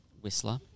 Whistler